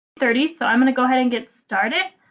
thirty, so i'm gonna go ahead and get started.